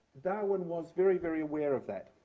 darwin was very, very aware of that.